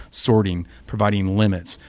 sorting, providing limits,